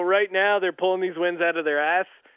right now they're pulling these winds out of their ass.